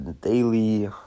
daily